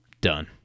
done